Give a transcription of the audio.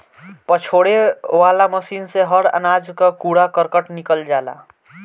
पछोरे वाला मशीन से हर अनाज कअ कूड़ा करकट निकल जाला